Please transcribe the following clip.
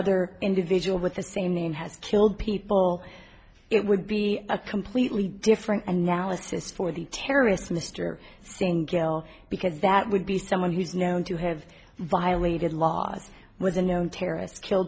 other individual with the same name has killed people it would be a completely different analysis for the terrorists mr single because that would be someone who's known to have violated laws with a known terrorist kill